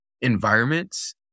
environments